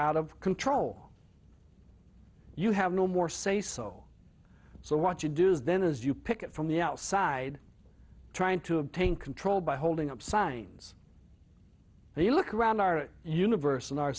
out of control you have no more say so so what you do is then as you pick it from the outside trying to obtain control by holding up signs and you look around our universe in our